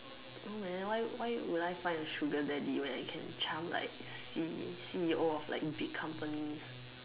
no man why why would I find a sugar daddy when I can charm like C C_E_O of like big company